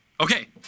okay